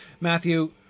Matthew